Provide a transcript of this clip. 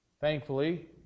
Thankfully